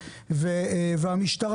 והמשטרה,